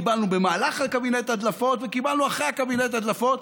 קיבלנו במהלך הקבינט הדלפות וקיבלנו אחרי הקבינט הדלפות.